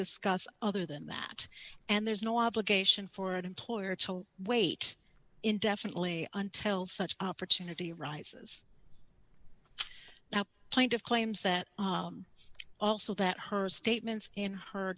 discuss other than that and there's no obligation for an employer to wait indefinitely until such opportunity arises now plaintiff claims that also that her statements in her